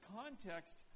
context